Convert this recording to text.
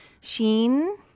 sheen